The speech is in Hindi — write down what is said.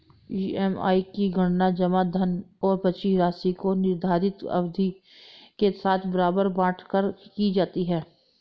ई.एम.आई की गणना जमा धन और बची राशि को निर्धारित अवधि के साथ बराबर बाँट कर की जाती है